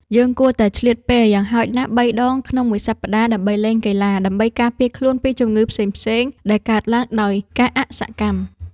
យើងគួរតែឆ្លៀតពេលយ៉ាងហោចណាស់បីដងក្នុងមួយសប្តាហ៍ដើម្បីលេងកីឡាដើម្បីការពារខ្លួនពីជំងឺផ្សេងៗដែលកើតឡើងដោយការអសកម្ម។